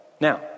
Now